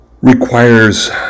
requires